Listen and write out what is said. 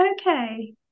okay